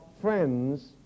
friends